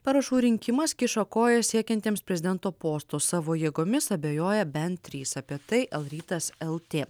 parašų rinkimas kiša koją siekiantiems prezidento posto savo jėgomis abejoja bent trys apie tai lrytas lt